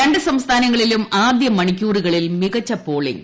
രണ്ട് സംസ്ഥാനങ്ങളിലും ആദ്യ മണിക്കൂറുകളിൽ മികച്ച പോളിംഗ്